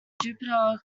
jupiter